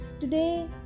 today